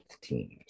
teams